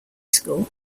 school